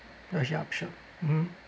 uh yup sure mmhmm